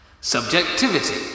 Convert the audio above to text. Subjectivity